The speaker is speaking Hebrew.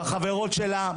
בחברות שלה,